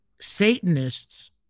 Satanists